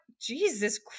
jesus